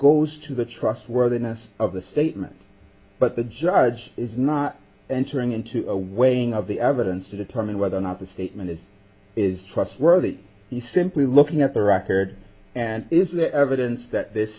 goes to the trustworthiness of the statement but the judge is not entering into a weighing of the evidence to determine whether or not the statement is is trustworthy he simply looking at the record and is that evidence that this